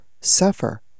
suffer